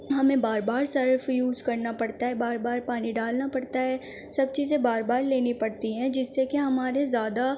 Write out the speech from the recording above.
ہمیں بار بار سرف یوز کرنا پڑتا ہے بار بار پانی ڈالنا پڑتا ہے سب چیزیں بار بار لینی پڑتی ہیں جس سے کہ ہمارے زیادہ